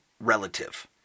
relative